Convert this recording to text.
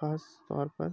خاص طور پر